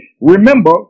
Remember